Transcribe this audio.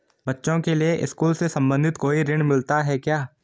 बच्चों के लिए स्कूल से संबंधित कोई ऋण मिलता है क्या?